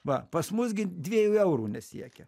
va pas mus gi dviejų eurų nesiekia